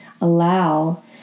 allow